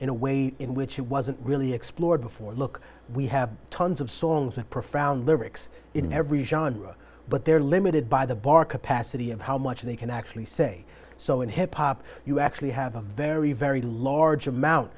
in a way in which it wasn't really explored before look we have tons of songs of profound lyrics in every genre but they're limited by the bar capacity of how much they can actually say so in hip hop you actually have a very very large amount